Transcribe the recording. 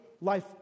Life